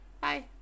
bye